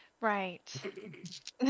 Right